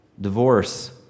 Divorce